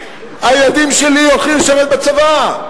הילדים שלי הולכים לשרת בצבא,